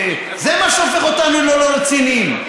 זה מה שהופך אותנו ללא רציניים.